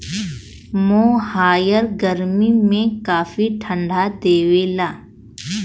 मोहायर गरमी में काफी ठंडा देवला